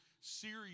series